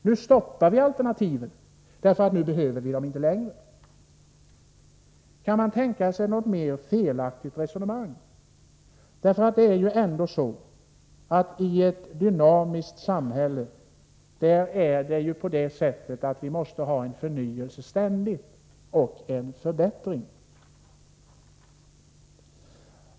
Nu stoppar vi alternativen, eftersom vi inte behöver dem längre. Kan man tänka sig något mer felaktigt resonemang? I ett dynamiskt samhälle måste vi ständigt ha en förnyelse och en förbättring.